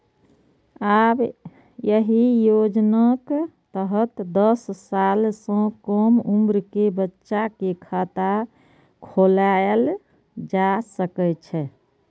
आब एहि योजनाक तहत दस साल सं कम उम्र के बच्चा के खाता खोलाएल जा सकै छै